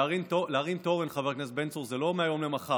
להרים תורן, חבר הכנסת בן צור, זה לא מהיום למחר.